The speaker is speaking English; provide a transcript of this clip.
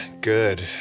good